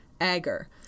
Agar